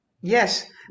Yes